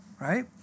right